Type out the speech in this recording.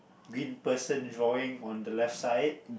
green person drawing on the left side